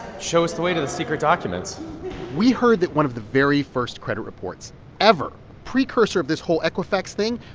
show us the way to the secret documents we heard that one of the very first credit reports ever, precursor of this whole equifax thing,